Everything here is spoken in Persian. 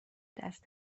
دست